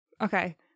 Okay